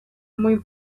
muy